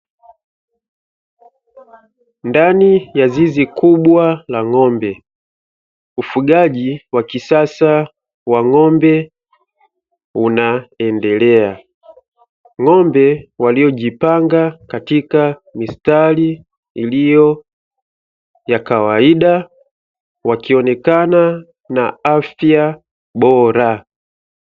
Ndani ya zizi kubwa la ng'ombe, ufugaji wa kisasa wa ng'ombe unaendelea, ng'ombe waliojipanga katika mistari iliyo ya kawaida wakionekana na afya bora.